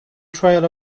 trail